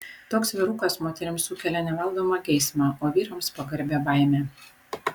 toks vyrukas moterims sukelia nevaldomą geismą o vyrams pagarbią baimę